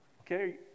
Okay